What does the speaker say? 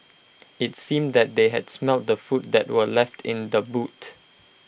IT seemed that they had smelt the food that were left in the boot